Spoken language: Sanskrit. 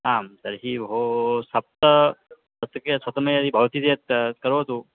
आं तर्हि भोः सप्तशतं शतं यदि भवति चेत् करोतु